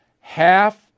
half